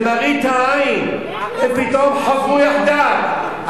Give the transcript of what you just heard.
למראית העין הם פתאום חברו יחדיו.